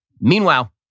Meanwhile